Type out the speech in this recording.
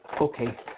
Okay